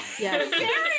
Yes